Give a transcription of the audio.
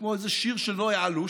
כמו איזה שיר של נוי אלוש,